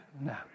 No